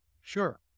Sure